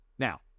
Now